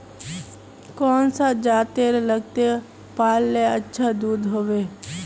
कौन सा जतेर लगते पाल्ले अच्छा दूध होवे?